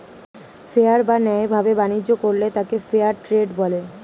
fair বা ন্যায় ভাবে বাণিজ্য করলে তাকে ফেয়ার ট্রেড বলে